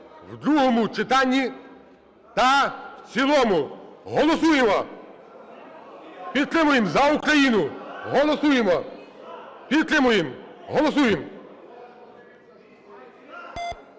в другому читанні та в цілому. Голосуємо! Підтримуємо, за Україну! Голосуємо! Підтримуємо! Голосуємо!